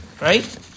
Right